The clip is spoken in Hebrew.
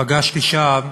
ופגשתי שם